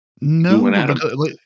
No